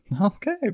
okay